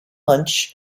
lunch